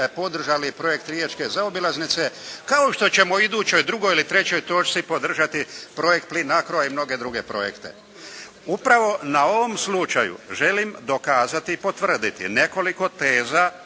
podržali projekt Riječke zaobilaznice, kao što ćemo u idućoj, drugoj ili trećoj točci podržati projekt Plin Acro i mnoge druge projekte. Upravo na ovom slučaju želim dokazati i potvrditi nekoliko teza